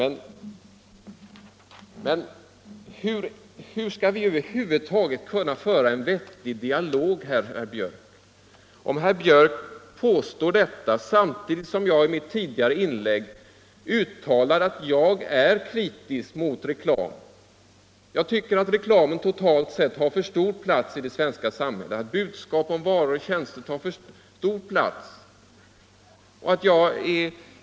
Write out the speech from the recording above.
Men hur skall vi över huvud taget kunna föra en vettig dialog, om herr Björck kan komma med sådana påståenden trots att jag i mitt tidigare inlägg uttalade att jag är kritisk mot reklam? Jag tycker att reklamen — budskap om varor och tjänster — totalt sett har för stor plats i det svenska samhället, och jag är intresserad av att man håller reklamen i schack på olika sätt.